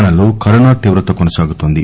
తెలంగాణాలో కరోనా తీవ్రత కొనసాగుతోంది